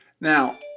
now